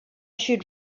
should